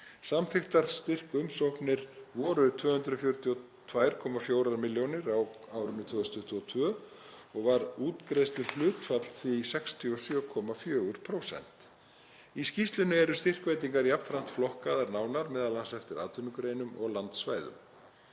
Samþykktar styrkumsóknir voru 242,4 millj. kr. á árinu 2022 og var útgreiðsluhlutfall því 67,4%. Í skýrslunni eru styrkveitingar jafnframt flokkaðar nánar, m.a. eftir atvinnugreinum og landsvæðum.